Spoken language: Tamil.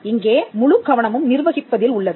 இங்கே முழுக்கவனமும் நிர்வகிப்பதில் உள்ளது